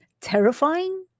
terrifying